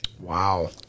Wow